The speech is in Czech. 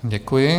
Děkuji.